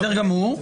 בסדר גמור.